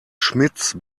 schmitz